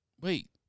Wait